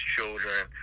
children